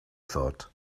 thought